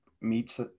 meets